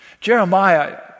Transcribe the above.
Jeremiah